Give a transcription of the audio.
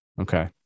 Okay